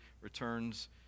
returns